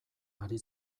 ari